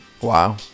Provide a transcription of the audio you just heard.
Wow